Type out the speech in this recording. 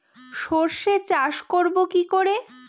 সর্ষে চাষ করব কি করে?